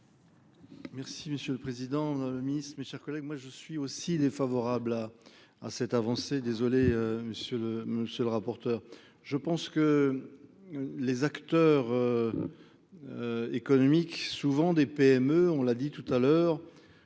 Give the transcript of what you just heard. Merci Monsieur le Président, Madame le Ministre, mes chers collègues,